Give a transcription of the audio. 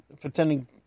pretending